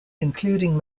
including